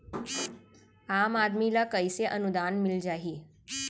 आम आदमी ल कइसे अनुदान मिल जाही?